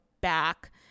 back